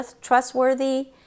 trustworthy